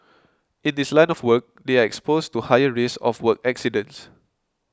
in this line of work they are exposed to higher risk of work accidents